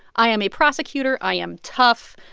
i am a prosecutor. i am tough.